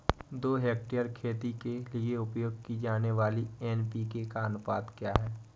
दो हेक्टेयर खेती के लिए उपयोग की जाने वाली एन.पी.के का अनुपात क्या है?